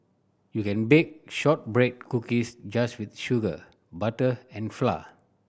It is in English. you can bake shortbread cookies just with sugar butter and flour